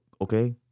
okay